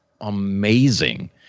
amazing